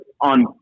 On